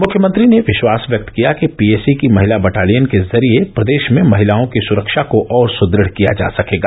मुख्यमंत्री ने विश्वास व्यक्त किया कि पीएसी की महिला बटालियन के जरिये प्रदेश में महिलाओं की सुरक्षा को और सुदृढ किया जा सकेगा